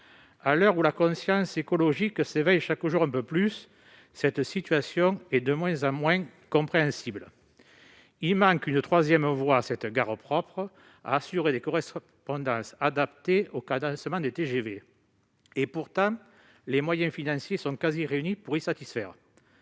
À l'heure où la conscience écologique s'éveille chaque jour un peu plus, cette situation est de moins en moins compréhensible. Il manque à la gare de Nîmes-Pont-du-Gard une troisième voie propre à assurer des correspondances adaptées aux cadencements des TGV. Pourtant, les moyens financiers sont quasiment réunis pour satisfaire